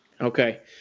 Okay